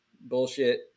bullshit